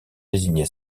désigné